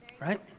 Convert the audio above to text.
right